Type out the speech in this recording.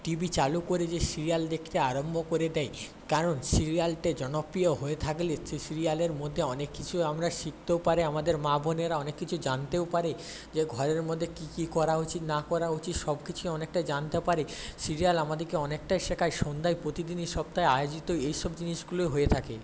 TV চালু করে যে সিরিয়াল দেখতে আরম্ভ করে দেয় কারণ সিরিয়ালটা জনপ্রিয় হয়ে থাকলে সেই সিরিয়ালের মধ্যে অনেক কিছু আমরা শিখতেও পারে আমাদের মা বোনেরা অনেক কিছু জানতেও পারে যে ঘরের মধ্যে কি কি করা উচিত না করা উচিত সবকিছুই অনেকটা জানতে পারে সিরিয়াল আমাদেরকে অনেকটায় শেখায় সন্ধ্যায় প্রতিদিনই সপ্তায় আয়োজিত এই সব জিনিসগুলোই হয়ে থাকে